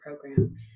program